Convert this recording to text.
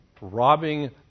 robbing